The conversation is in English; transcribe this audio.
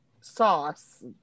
sauce